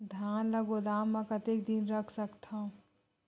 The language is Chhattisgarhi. धान ल गोदाम म कतेक दिन रख सकथव?